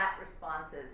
responses